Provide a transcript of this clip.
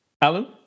Alan